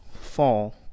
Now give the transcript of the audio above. fall